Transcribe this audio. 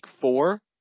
four